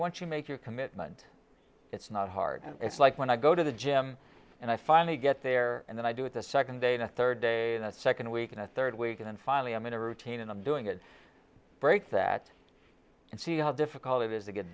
you make your commitment it's not hard it's like when i go to the gym and i finally get there and then i do it the second day the third day second week and a third week and finally i'm in a routine and i'm doing it breaks that and see how difficult it is